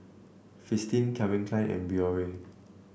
Fristine Calvin Klein and Biore